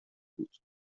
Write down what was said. بود